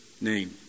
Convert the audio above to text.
name